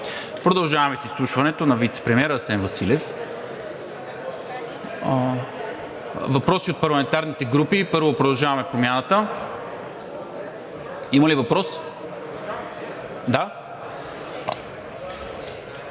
Продължаваме с изслушването на вицепремиера Асен Василев. Въпроси от парламентарните групи. Първо „Продължаваме Промяната“. Има ли въпрос? Да.